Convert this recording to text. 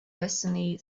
destiny